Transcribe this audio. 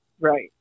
Right